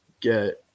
get